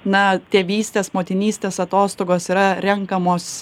na tėvystės motinystės atostogos yra renkamos